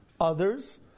others